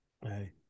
Hey